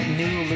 new